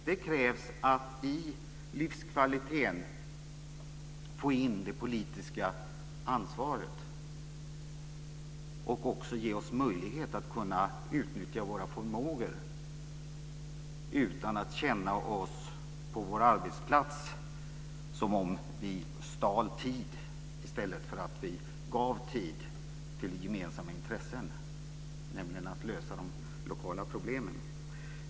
Det krävs att vi i livskvaliteten får in det politiska ansvaret och att vi får möjlighet att utnyttja våra förmågor utan att känna det som om vi på vår arbetsplats stjäl tid utan i stället som att vi ger tid till gemensamma intressen av att lösa de lokala problemen.